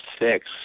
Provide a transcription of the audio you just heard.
six